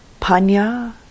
panya